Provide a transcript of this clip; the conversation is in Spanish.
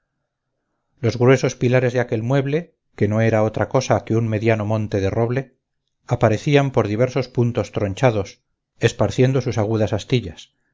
los gruesos pilares de aquel mueble que no era otra cosa que un mediano monte de roble aparecían por diversos puntos tronchados esparciendo sus agudas astillas